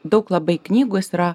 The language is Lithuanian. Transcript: daug labai knygų jis yra